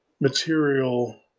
material